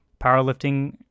powerlifting